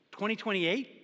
2028